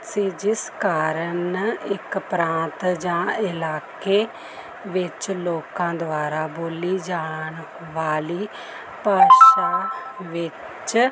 ਸੀ ਜਿਸ ਕਾਰਨ ਇੱਕ ਪ੍ਰਾਂਤ ਜਾਂ ਇਲਾਕੇ ਵਿੱਚ ਲੋਕਾਂ ਦੁਆਰਾ ਬੋਲੀ ਜਾਣ ਵਾਲੀ ਭਾਸ਼ਾ ਵਿੱਚ